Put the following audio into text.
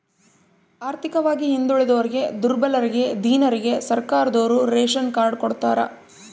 ಆರ್ಥಿಕವಾಗಿ ಹಿಂದುಳಿದೋರಿಗೆ ದುರ್ಬಲರಿಗೆ ದೀನರಿಗೆ ಸರ್ಕಾರದೋರು ರೇಶನ್ ಕಾರ್ಡ್ ಕೊಡ್ತಾರ